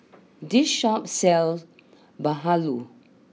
this Shop sells Bahulu